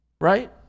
right